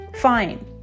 fine